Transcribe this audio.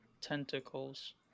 tentacles